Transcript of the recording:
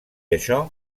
això